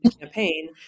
campaign